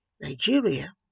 Nigeria